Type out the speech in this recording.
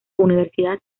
universidad